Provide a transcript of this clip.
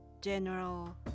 general